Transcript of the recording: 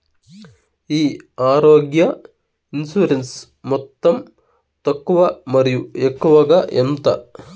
ఈ ఆరోగ్య ఇన్సూరెన్సు మొత్తం తక్కువ మరియు ఎక్కువగా ఎంత?